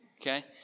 Okay